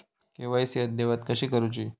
KYC अद्ययावत कशी करुची?